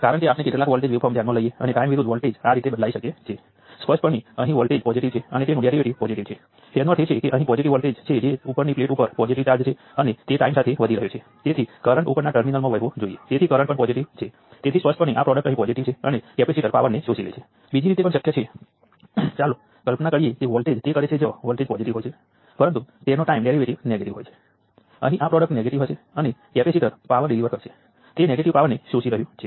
હવે કરંટ સોર્સની IV લાક્ષણિકતાઓ જ્યાં વોલ્ટેજ અને કરંટ બંને પોઝિટિવ હોય તો કરંટ સોર્સ પાવરને શોષી લે છે જ્યારે બીજા ક્વોડ્રન્ટમાં જ્યાં કરંટ પોઝિટિવ છે અને વોલ્ટેજ નેગેટિવ છે કરંટ સોર્સ પાવર ડિલીવર કરે છે